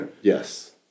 Yes